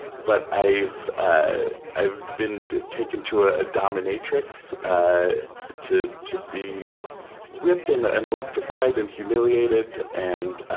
but i've ah i've been taken to a dominatrix to to be whipped and and electrified and humiliated, and